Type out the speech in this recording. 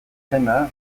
izena